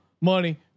money